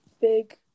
big